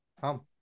come